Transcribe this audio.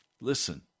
listen